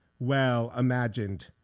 well-imagined